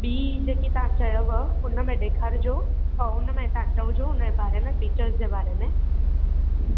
ॿीं जेके तव्हां चयव उन में ॾेखारिजो ऐं उन में तव्हां चवजो उन जे बारे में फीचर्स जे बारे में